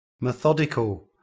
Methodical